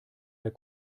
der